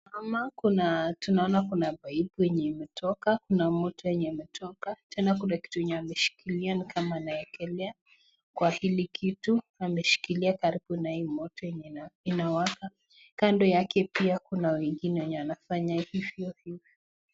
Tunaona kuna paipu yenye imetoka kuna moto yenye imetoka tena kuna kitu yenye ameshikilia ni kama anaekelea kwa hili kitu ameshikilia karibu na hii moto yenye inawaka. Kando yake pia kuna wengine wenye wanafanya hivyo hivyo.